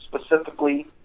specifically